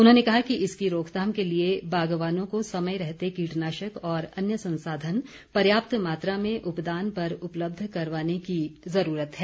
उन्होंने कहा कि इसकी रोकथाम के लिए बागवानों को समय रहते कीटनाशक और अन्य संसाधन पर्याप्त मात्रा में उपदान पर उपलब्ध करवाने की ज़रूरत है